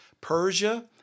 Persia